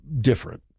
different